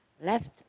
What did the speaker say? left